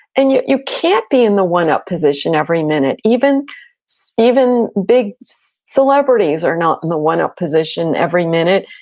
and you you can't be in the one-up position every minute. even so even big celebrities are not in the one-up position every minute,